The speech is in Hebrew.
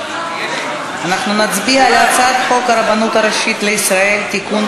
אנחנו נצביע על הצעת חוק הרבנות הראשית לישראל (תיקון,